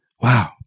Wow